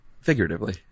figuratively